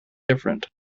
different